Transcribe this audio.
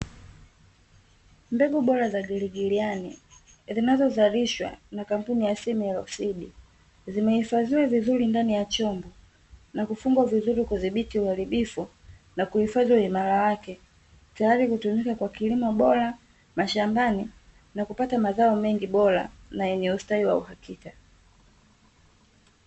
Mbegu bora za giligilani zinazo zalishwa na kampuni ya SIMLAW SEED, zimehifadhiwa vizuri ndani ya chombo na kufungwa vizuri kudhibiti uharibifu, na kuhifadhi uimara wake tayari kutumika kwa kilimo bora mashambani, na kupata mazao mengi bora na yenye ustawi wa uhakika.